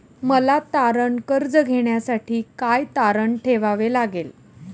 मला तारण कर्ज घेण्यासाठी काय तारण ठेवावे लागेल?